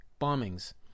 bombings